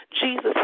Jesus